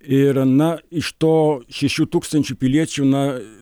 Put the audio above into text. ir na iš to šešių tūkstančių piliečių na